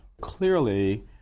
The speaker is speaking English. Clearly